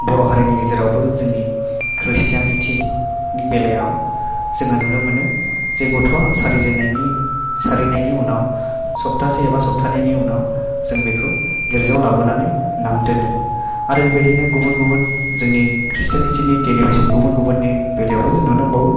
बर' हारिनि गेजेरावबो जोंनि खृसथियानिथि नि बेलायाव जोङो नुनो मोनो जे गथ'वा सारिजेननायनि सारिनायनि उनाव सप्तासे एबा सप्तानैनि उनाव जाें बेखौ गिर्जायाव लाबोनानै नाम दोनो आरे बेबादिनो गुबुन गुबुन जोंनि खृसथियानिथि नि दिनेमेनसन गुबुन गुबुननि बेलायावबो जोङो नुनो मोनबावयो